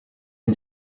une